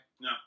No